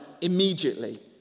immediately